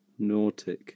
Nautic